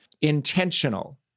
intentional